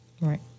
Right